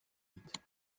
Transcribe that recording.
eat